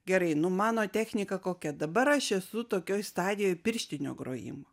gerai nu mano technika kokia dabar aš esu tokioj stadijoj pirštinio grojimo